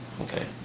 Okay